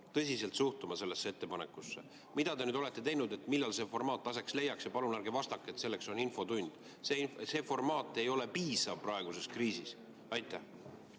tõsiselt sellesse ettepanekusse. Mida te olete teinud? Millal see formaat aset leiaks? Palun ärge vastake, et selleks on infotund – see formaat ei ole piisav praeguses kriisis. Aitäh,